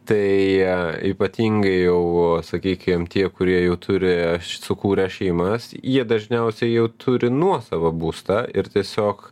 tai ypatingai jau sakykim tie kurie jau turi sukūrę šeimas jie dažniausiai jau turi nuosavą būstą ir tiesiog